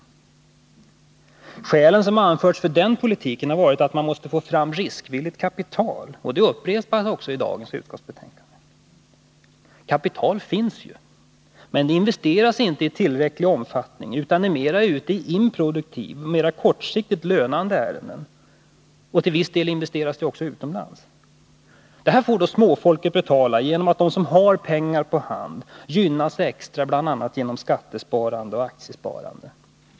Det skäl som anförts för denna politik har varit att man måste få fram riskvilligt kapital, och detta upprepas också i föreliggande betänkande från skatteutskottet. Kapital finns ju, men det investeras inte i tillräcklig omfattning, utan det är ute i improduktiva, mera kortsiktigt lönande ärenden. Till viss del investeras det också utomlands. Detta får småfolket betala, genom att de som har pengar på hand gynnas extra, bl.a. genom skattesparandet och aktiesparandet.